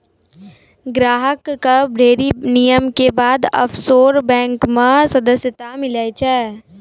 ग्राहक कअ ढ़ेरी नियम के बाद ऑफशोर बैंक मे सदस्यता मीलै छै